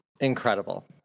incredible